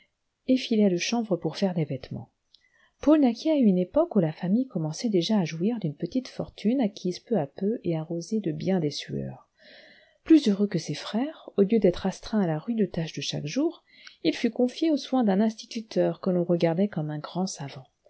le chanvre pour faire des vêtements paul naquit à une époque où la famille commençait déjà à jouir d'une petite fortune acquise peu à peu et arrosée de bien des sueurs plus heureux que ses frères au lieu d'être astreint à la rude tâche de chaque jour il fut confié aux soins d'un instituteur que l'on regardait comme un grand savant